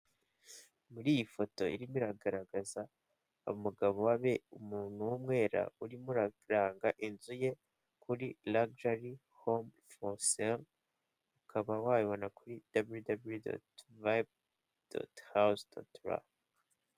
Muri iyi foto irimo iragaragaza umugabo w'abe umuntu w'umwera urimo uraranga inzu ye kuri lagijari home foru seri ukaba wayibona kuri dabiriyu, dabiriyu, doti vayibu, doti hawuzi, doti ra.